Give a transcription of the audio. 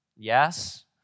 Yes